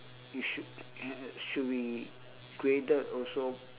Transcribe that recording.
it should should be graded also